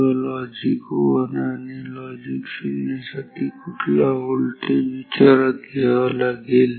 किंवा लॉजिक 1 आणि लॉजिक 0 यासाठी कुठला व्होल्टेज विचारात घ्यावा लागेल